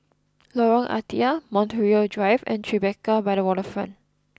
Lorong Ah Thia Montreal Drive and Tribeca by the Waterfront